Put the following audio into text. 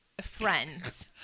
friends